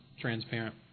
transparent